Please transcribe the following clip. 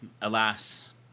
alas